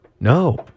No